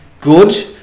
good